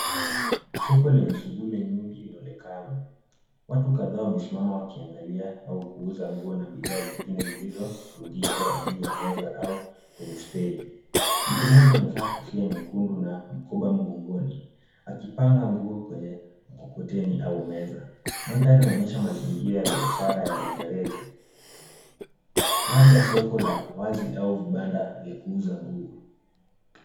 Soko lenye shughuli nyingi linaonekana, watu kadhaa wamesimama wakiangalia au kuuza nguo na bidhaa zingine zilizopundikwa juu ya meza au kwenye stendi. Mtumaji amevaa kofia nyekundu na mkoba mgongoni, akipanga nguo kwenye mkokoteni au meza. Mandhari inaonyesha mazingira ya biashara ya rejareja, labda soko la wazi au vibanda vya kuuza nguo.